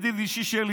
ידיד אישי שלי.